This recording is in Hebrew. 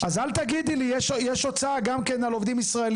אז אל תגידי לי יש הוצאה גם כן על עובדים ישראלים.